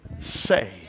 say